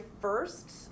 first